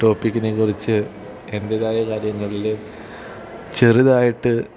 ടോപ്പിക്കിനെ കുറിച്ച് എൻറ്റേതായ കാര്യങ്ങളിൽ ചെറുതായിട്ട്